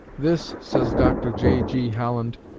this, says dr. j g. holland,